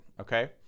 okay